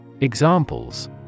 Examples